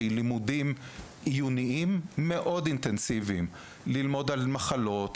לימודים עיוניים מאוד אינטנסיביים - ללמוד על מחלות,